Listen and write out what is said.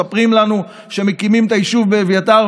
מספרים לנו שמקימים את היישוב באביתר,